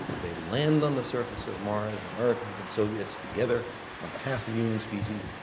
they land on the surface of mars, americans and soviets together on behalf of the human species.